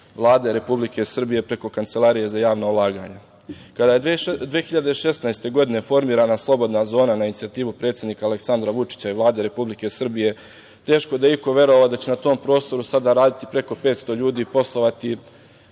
Vlade Republike Srbije preko Kancelarije za javna ulaganja. Kada je 2016. godine formirana slobodna zona na inicijativu predsednika Aleksandra Vučića i Vlade Republike Srbije, teško da je iko verovao da će na tom prostoru sada raditi preko 500 ljudi, poslovati